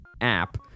app